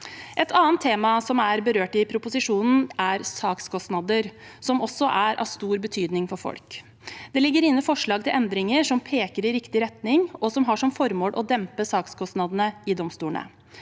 Et annet tema som er berørt i proposisjonen, er sakskostnader, som også er av stor betydning for folk. Det ligger inne forslag til endringer som peker i riktig retning, og som har som formål å dempe sakskostnadene i domstolene.